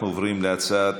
אנחנו עוברים לנושא השלישי,